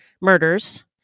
murders